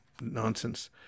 nonsense